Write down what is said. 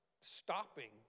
stopping